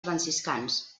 franciscans